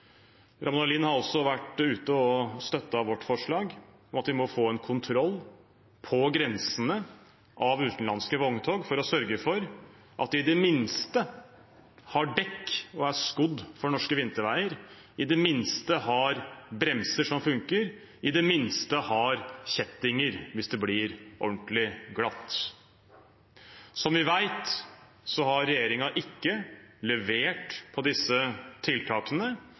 Lind har også vært ute og støttet vårt forslag om at vi må få en kontroll av utenlandske vogntog på grensene, for å sørge for at de i det minste har dekk og er skodd for norske vinterveier, i det minste har bremser som funker, og i det minste har kjettinger hvis det blir ordentlig glatt. Som vi vet, har regjeringen ikke levert når det gjelder disse tiltakene.